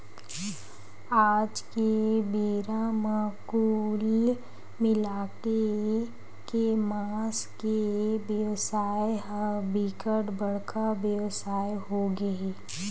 आज के बेरा म कुल मिलाके के मांस के बेवसाय ह बिकट बड़का बेवसाय होगे हे